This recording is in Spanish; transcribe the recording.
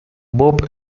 bob